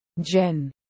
Jen